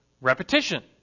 Repetition